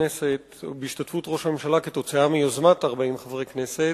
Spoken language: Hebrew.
כנסת ובהשתתפות ראש הממשלה כתוצאה מיוזמת 40 חברי כנסת,